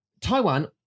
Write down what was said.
Taiwan